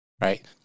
right